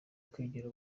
kwigira